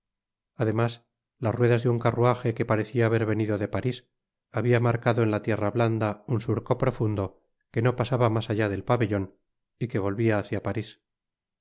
además las ruedas de un carruaje que parecia haber venido de paris habia marcado en la tierra blanda un surco profundo que no pasaba mas allá del pabellon y que volvia hácia paris por